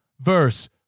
verse